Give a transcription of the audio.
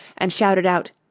and shouted out,